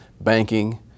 banking